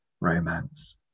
romance